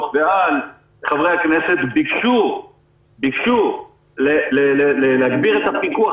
ועל חברי הכנסת ביקשו להגביר את הפיקוח,